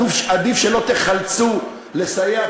עדיף שלא תיחלצו לסייע,